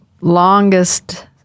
longest